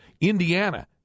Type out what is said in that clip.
Indiana